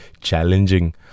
challenging